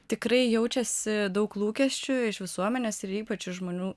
tikrai jaučiasi daug lūkesčių iš visuomenės ir ypač iš žmonių